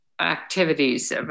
activities